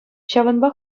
ҫавӑнпа